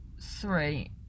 three